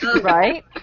right